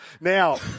Now